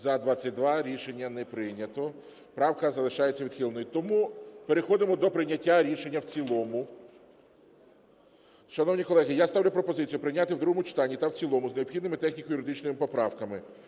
За-22 Рішення не прийнято. Правка залишається відхиленою. Тому переходимо до прийняття рішення в цілому. Шановні колеги, я ставлю пропозицію прийняти в другому читанні та в цілому з необхідними техніко-юридичними поправками